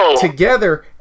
together